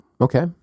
Okay